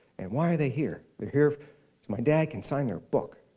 and why are they here? they're here so my dad can sign their book.